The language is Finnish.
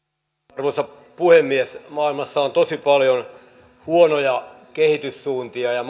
arvoisa puhemies maailmassa on tosi paljon huonoja kehityssuuntia ja